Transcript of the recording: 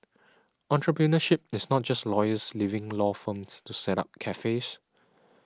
entrepreneurship is not just lawyers leaving law firms to set up cafes